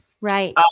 Right